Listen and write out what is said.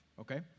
okay